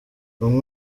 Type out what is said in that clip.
bamwe